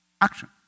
Action